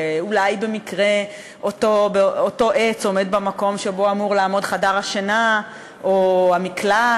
ואולי במקרה אותו עץ עומד במקום שבו אמור לעמוד חדר השינה או המקלט,